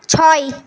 ছয়